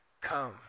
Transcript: come